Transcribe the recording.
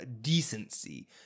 decency